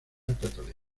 catalina